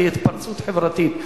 תהיה התפרצות חברתית,